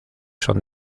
son